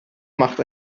macht